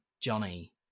Johnny